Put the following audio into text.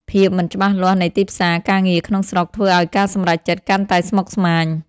ភាពមិនច្បាស់លាស់នៃទីផ្សារការងារក្នុងស្រុក ធ្វើឱ្យការសម្រេចចិត្តកាន់តែស្មុគស្មាញ។